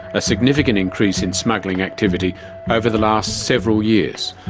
a significant increase in smuggling activity over the last several years.